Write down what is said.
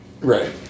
right